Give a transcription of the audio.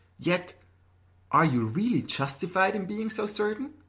yet are you really justified in being so certain?